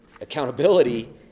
accountability